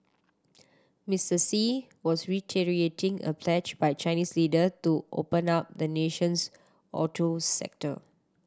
Mister Xi was reiterating a pledge by Chinese leader to open up the nation's auto sector